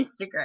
Instagram